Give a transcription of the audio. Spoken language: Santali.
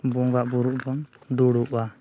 ᱵᱚᱸᱜᱟᱼᱵᱩᱨᱩᱜ ᱵᱚᱱ ᱫᱩᱲᱩᱵᱽᱼᱟ